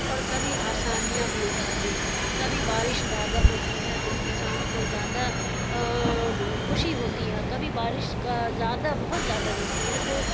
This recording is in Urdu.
اور کبھی آسانیاں بھی اٹھاتے ہیں کبھی بارش زیادہ ہوتی ہے تو کسان کو زیادہ خوشی ہوتی ہے اور کبھی بارش کا زیادہ بہت زیادہ ہوتی ہے تو